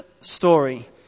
story